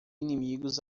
inimigos